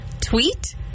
tweet